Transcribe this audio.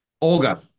Olga